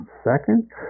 second